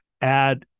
Add